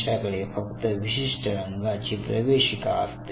त्यांच्याकडे फक्त विशिष्ट रंगाची प्रवेशिका असते